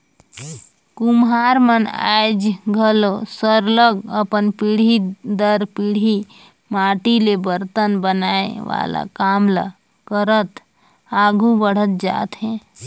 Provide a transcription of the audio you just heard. कुम्हार मन आएज घलो सरलग अपन पीढ़ी दर पीढ़ी माटी ले बरतन बनाए वाले काम ल करत आघु बढ़त जात हें